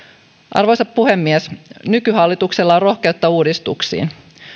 arvoisa puhemies nykyhallituksella on rohkeutta uudistuksiin